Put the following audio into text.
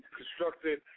constructed